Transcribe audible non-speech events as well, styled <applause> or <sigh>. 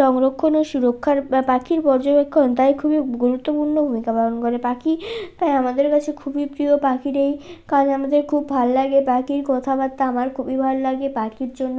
সংরক্ষণের সুরক্ষার <unintelligible> পাখির পর্যবেক্ষণ তাই খুবই গুরুত্বপূর্ণ ভূমিকা পালন করে পাখি তাই আমাদের কাছে খুবই প্রিয় পাখির এই কাজ আমাদের খুব ভাল লাগে পাখির কথাবার্তা আমার খুবই ভাল লাগে পাখির জন্য